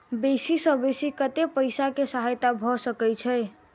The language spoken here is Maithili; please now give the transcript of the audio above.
बेसी सऽ बेसी कतै पैसा केँ सहायता भऽ सकय छै?